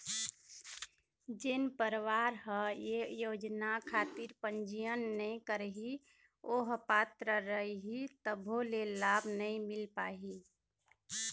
जेन परवार ह ये योजना खातिर पंजीयन नइ करही ओ ह पात्र रइही तभो ले लाभ नइ मिल पाही